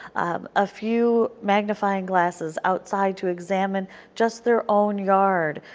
um a few magnifying glasses outside to examine just their own yard,